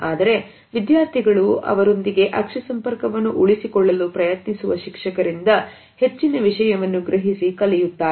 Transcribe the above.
ಆದರೆ ವಿದ್ಯಾರ್ಥಿಗಳು ಅವರೊಂದಿಗೆ ಅಕ್ಷಿ ಸಂಪರ್ಕವನ್ನು ಉಳಿಸಿಕೊಳ್ಳಲು ಪ್ರಯತ್ನಿಸುವ ಶಿಕ್ಷಕರಿಂದ ಹೆಚ್ಚಿನ ವಿಷಯವನ್ನು ಗ್ರಹಿಸಿ ಕಲಿಯುತ್ತಾರೆ